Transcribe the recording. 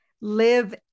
Live